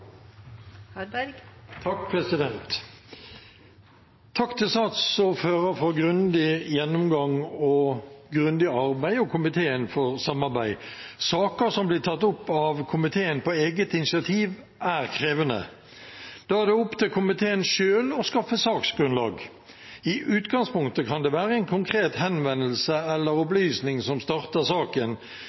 grundig gjennomgang og et grundig arbeid, og takk til komiteen for samarbeidet. Saker som blir tatt opp av komiteen på eget initiativ, er krevende. Da er det opp til komiteen selv å skaffe saksgrunnlag. I utgangspunktet kan det være en konkret henvendelse eller opplysning som starter saken,